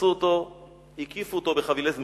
תפסו אותו, הקיפו אותו בחבילי זמורות".